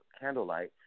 candlelight